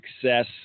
success